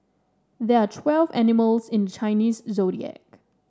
there are twelve animals in the Chinese Zodiac